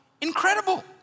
incredible